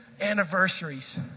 anniversaries